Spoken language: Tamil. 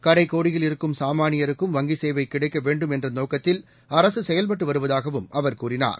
கடைக்கோடியில் இருக்கும் சாமானியருக்கும் வங்கிச் சேவை கிடைக்க வேண்டும் என்ற நோக்கத்தில் அரசு செயல்பட்டு வருவதாகவும் அவர் கூறினார்